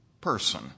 person